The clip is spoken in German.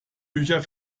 büchern